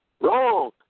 Wrong